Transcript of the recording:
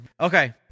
Okay